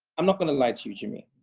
i'm not gonna lie to you, jimmy.